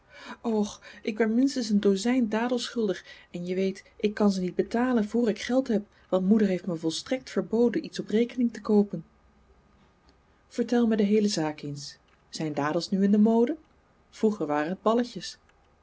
och ik ben minstens een dozijn dadels schuldig en je weet ik kan ze niet betalen voor ik geld heb want moeder heeft me volstrekt verboden iets op rekening te koopen vertel mij de heele zaak eens zijn dadels nu in de mode vroeger waren het balletjes